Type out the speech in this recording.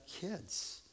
kids